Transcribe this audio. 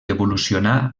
evolucionà